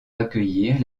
accueillir